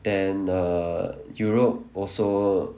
then err europe also